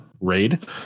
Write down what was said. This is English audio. raid